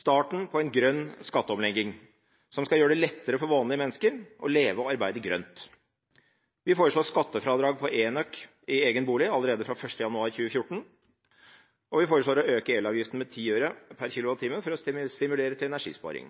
starten på en grønn skatteomlegging, som skal gjøre det lettere for vanlige mennesker å leve og arbeide grønt. Vi foreslår skattefradrag for enøk i egen bolig allerede fra 1. januar 2014, og vi foreslår å øke elavgiften med 10 øre per kWh for å